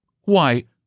Why